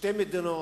שתי מדינות,